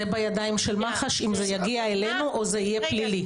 זה בידיים של מח"ש אם זה יגיע אלינו או זה יהיה פלילי.